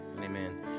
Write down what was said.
amen